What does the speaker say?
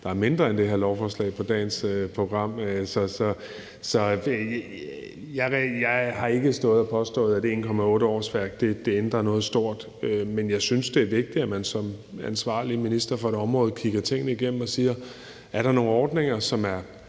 der er mindre end det her lovforslag, på dagens program. Jeg har ikke stået og påstået, at 1,8 årsværk ændrer noget stort, men jeg synes, det er vigtigt, at man som ansvarlig minister for et område kigger tingene igennem og ser på, om der er nogle ordninger, som er